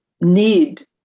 need